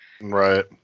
right